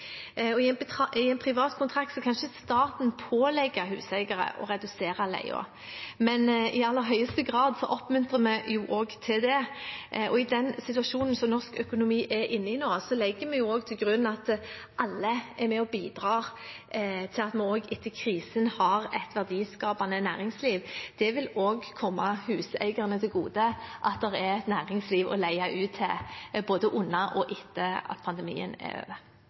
I en privat kontrakt kan ikke staten pålegge huseiere å redusere leien, men i aller høyeste grad oppmuntrer vi til det. I den situasjonen som norsk økonomi er inne i nå, legger vi til grunn at alle er med og bidrar til at vi også etter krisen har et verdiskapende næringsliv. Det vil også komme huseierne til gode at det er et næringsliv å leie ut til, både under pandemien og etter at den er over.